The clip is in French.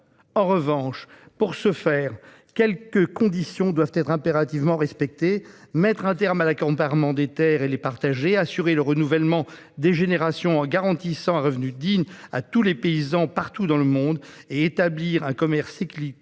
En revanche, pour ce faire, quelques conditions doivent impérativement être respectées : mettre un terme à l'accaparement des terres et les partager ; assurer le renouvellement des générations en garantissant un revenu digne à tous les paysans, partout dans le monde ; enfin, établir un commerce équitable